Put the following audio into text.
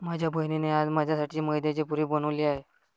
माझ्या बहिणीने आज माझ्यासाठी मैद्याची पुरी बनवली आहे